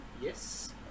yes